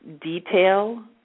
detail